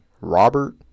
robert